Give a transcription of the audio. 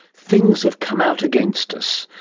things have come out against us,